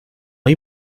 hay